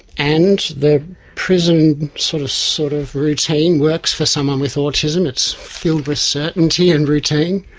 and the prison sort of sort of routine works for someone with autism, it's filled with certainty and routine.